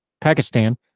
Pakistan